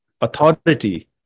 authority